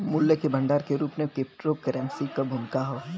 मूल्य क भंडार के रूप में क्रिप्टोकरेंसी क भूमिका हौ